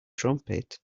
trumpet